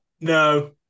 No